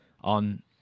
on